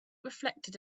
reflected